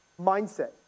mindset